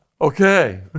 Okay